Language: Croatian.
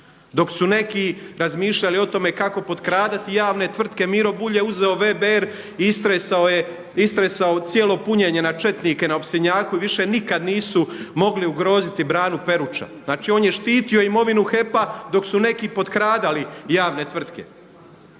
Dok su neki razmišljali o tome kako potkradati javne tvrtke Miro Bulj je uzeo VBR i istresao je cijelo punjenje na četnike na Opstinjaku i više nikad nisu mogli ugroziti branu Peruča. Znači on je štitio imovinu HEP-a dok su neki potkradali javne tvrtke.